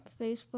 Facebook